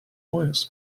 wires